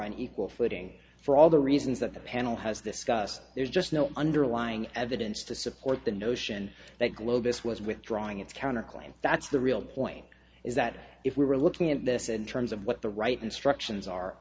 on equal footing for all the reasons that the panel has discussed there's just no underlying evidence to support the notion that globus was withdrawing its counterclaims that's the real point is that if we were looking at this in terms of what the right instructions are